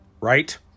right